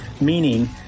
meaning